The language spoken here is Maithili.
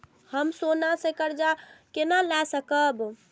हम सोना से कर्जा केना लाय सकब?